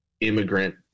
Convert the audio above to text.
immigrant